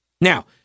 Now